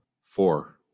Four